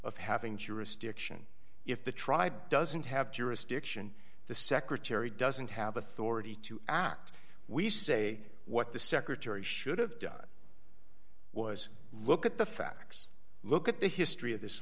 of having jurisdiction if the tribe doesn't have jurisdiction the secretary doesn't have authority to act we say what the secretary should have done was look at the facts look at the history of this